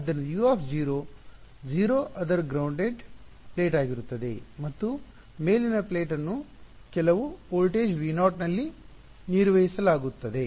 ಆದ್ದರಿಂದ U 0 ಅದರ grounded plate ಆಗಿರುತ್ತದೆ ಮತ್ತು ಮೇಲಿನ ಪ್ಲೇಟ್ ಅನ್ನು ಕೆಲವು ವೋಲ್ಟೇಜ್ V 0 ನಲ್ಲಿ ನಿರ್ವಹಿಸಲಾಗುತ್ತದೆ